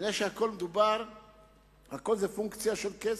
נראה שהכול זה פונקציה של כסף.